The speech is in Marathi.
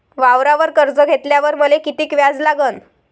वावरावर कर्ज घेतल्यावर मले कितीक व्याज लागन?